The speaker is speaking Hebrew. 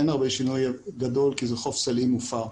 אין שינוי גדול כי זה חוף סלעי מופר.